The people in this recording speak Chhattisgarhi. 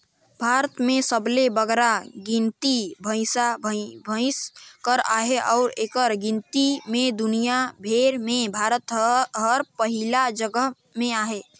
भारत में सबले बगरा गिनती भंइसा भंइस कर अहे अउ एकर गिनती में दुनियां भेर में भारत हर पहिल जगहा में अहे